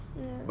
ya